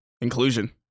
inclusion